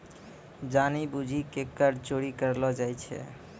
जानि बुझि के कर चोरी करलो जाय छै